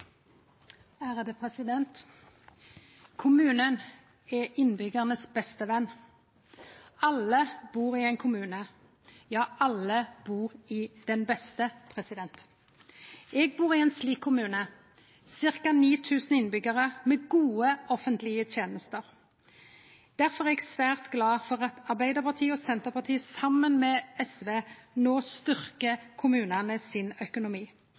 innbyggjaranes beste ven. Alle bur i ein kommune – ja, alle bur i den beste. Eg bur i ein slik kommune – ca. 9 000 innbyggjarar – med gode offentlege tenester. Difor er eg svært glad for at Arbeidarpartiet og Senterpartiet saman med SV no styrkjer økonomien til kommunane.